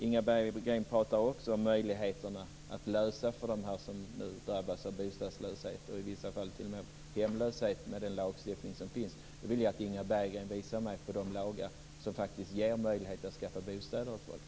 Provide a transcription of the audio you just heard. Inga Berggren pratar också om möjligheterna att lösa situationen för dem som nu drabbas av bostadslöshet och i vissa fall t.o.m. hemlöshet med den lagstiftning som finns. Då vill jag att Inga Berggren visar mig de lagar som faktiskt ger möjlighet att skaffa bostäder åt folk.